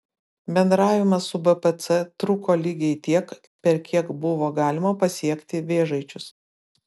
bendravimas su bpc truko lygiai tiek per kiek buvo galima pasiekti vėžaičius